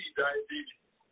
diabetes